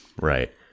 Right